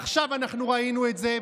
עכשיו אנחנו ראינו את זה.